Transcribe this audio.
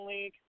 League